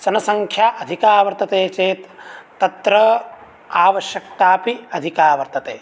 जनसङ्ख्या अधिकाः वर्तते चेत् तत्र आवश्यकता अपि अधिका वर्तते